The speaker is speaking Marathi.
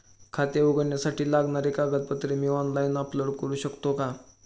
खाते उघडण्यासाठी लागणारी कागदपत्रे मी ऑनलाइन अपलोड करू शकतो का?